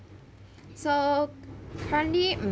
so currently